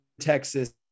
Texas